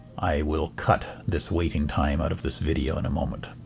i will cut this waiting time out of this video in a moment.